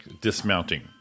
dismounting